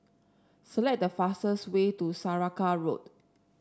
select the fastest way to Saraca Road